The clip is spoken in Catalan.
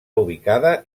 ubicada